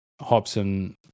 Hobson